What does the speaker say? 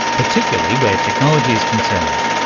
particularly where technology is concerned.